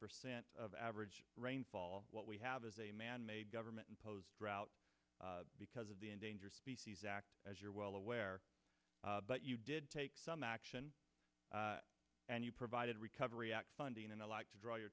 percent of average rainfall what we have is a manmade government imposed drought because of the endangered species act as you're well aware but you did take some action and you provided recovery act funding and i like to draw your